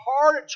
hard